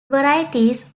varieties